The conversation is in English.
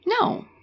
No